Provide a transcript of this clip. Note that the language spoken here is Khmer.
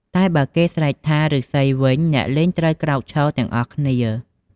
តែបើគេស្រែកថា ឬស្សីវិញ អ្នកលេងត្រូវក្រោកឈរទាំងអស់គ្នា។